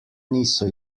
niso